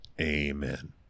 Amen